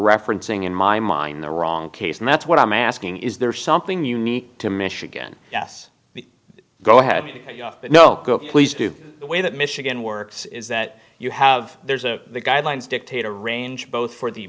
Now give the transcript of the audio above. referencing in my mind the wrong case and that's what i'm asking is there something unique to michigan yes go ahead you know go please do the way that michigan works is that you have there's a the guidelines dictate a range both